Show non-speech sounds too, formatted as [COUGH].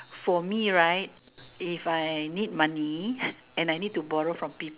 for me right if I need money [BREATH] and I need to borrow from peop~